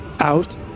out